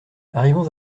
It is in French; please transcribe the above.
arrivons